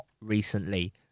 recently